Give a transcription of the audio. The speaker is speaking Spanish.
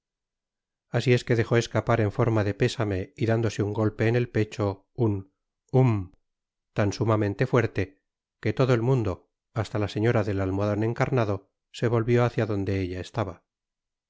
así es que dejó escapar en forma de pésame y dándose un golpe en el pecho un hum tan sumamente fuerte que todo el mundo hasta lá señora del almohadon encarnado se volvió hácia donde ella estaba